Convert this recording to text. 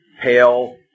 Pale